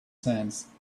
sands